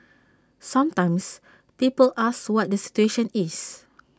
sometimes people ask what the situation is